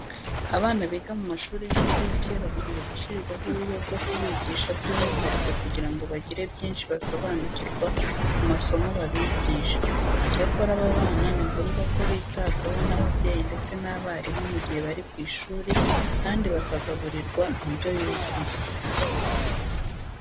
Abana biga mu mashuri y'incuke bakwiye gushyirirwaho uburyo bwo kubigisha by'umwihariko kugira ngo bagire byinshi basobanukirwa ku masomo babigisha. Icyakora aba bana ni ngombwa ko bitabwaho n'ababyeyi ndetse n'abarimu mu gihe bari ku ishuri kandi bakagaburirwa indyo yuzuye.